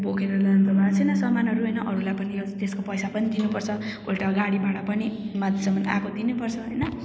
बोकेर लानु भएको छैन सामानहरू होइन अरूलाई पनि त्यसको पैसा पनि दिनुपर्छ उल्टा गाडी भाडा पनि माथिसम्म आएको दिनैपर्छ होइन